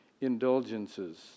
indulgences